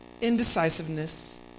indecisiveness